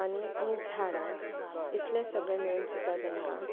आनी हीं झाडां इतलें सगलें मेळून सुद्दां तांकां